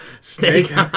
Snake